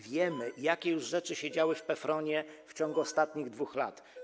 Wiemy, jakie już rzeczy się działy w PFRON-ie w ciągu ostatnich 2 lat.